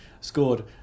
scored